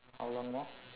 how long more